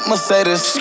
Mercedes